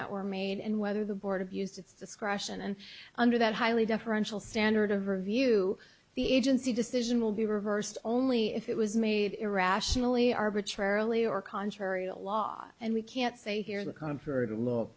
that were made and whether the board abused its discretion and under that highly deferential standard of review the agency decision will be reversed only if it was made irrationally arbitrarily or contrary to law and we can't say here the contrary to l